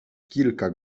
kilka